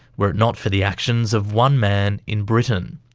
were it not for the actions of one man in britain.